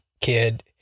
kid